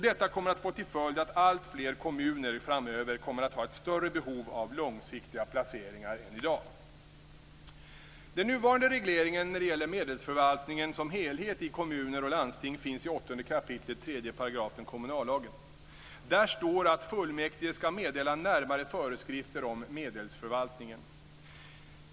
Detta kommer att få till följd att alltfler kommuner framöver kommer att ha ett större behov av långsiktiga placeringar än i dag. Den nuvarande regleringen när det gäller medelsförvaltningen som helhet i kommuner och landsting finns i 8 kap. 3 § kommunallagen. Där står att fullmäktige skall meddela närmare föreskrifter om medelsförvaltningen.